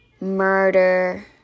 murder